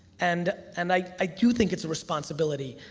and and i i do think it's a responsibility.